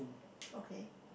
okay